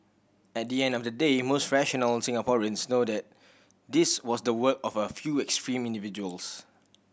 at the end of the day most rational Singaporeans know that this was the work of a few extreme individuals